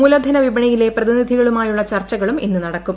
മൂലധന വിപണിയിലെ പ്രതിനിധികളുമായുള്ള ചർച്ചകളും ഇന്ന് നടക്കും